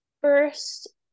First